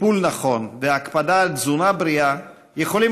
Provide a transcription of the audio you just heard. טיפול נכון והקפדה על תזונה בריאה יכולים